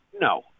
No